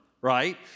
right